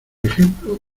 ejemplo